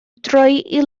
droi